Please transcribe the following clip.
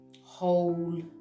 whole